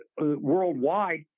worldwide